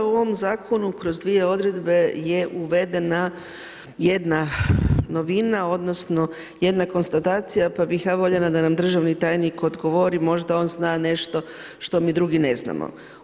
U ovom zakonu kroz dvije odredbe je uvedena jedna novina, odnosno, jedna konstatacija pa bih ja voljela da nam državni tajnik odgovori, možda on zna nešto što mi drugi ne znamo.